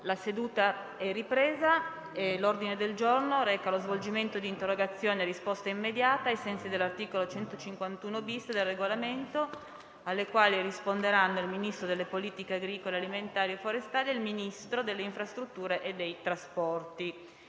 una nuova finestra"). L'ordine del giorno reca lo svolgimento di interrogazioni a risposta immediata (cosiddetto *question time*), ai sensi dell'articolo 151-*bis* del Regolamento, alle quali risponderanno il Ministro delle politiche agricole alimentari e forestali e il Ministro delle infrastrutture e dei trasporti.